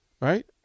Right